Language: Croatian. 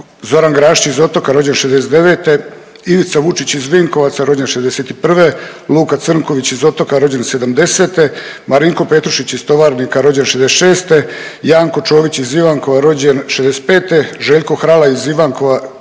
Zoran Grašić iz Otoka rođen '69., Ivica Vučić iz Vinkovaca rođen '61., Luka Crnković iz Otoka rođen '70., Marinko Petrušić iz Tovarnika rođen '66., Janko Čović iz Ivankova rođen '65., Željko Hrala iz Ivankova rođen '68.